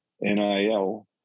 NIL